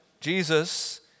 Jesus